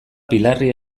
pilarri